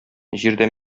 җирдә